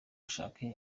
gushaka